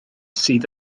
sydd